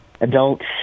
adults